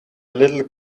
little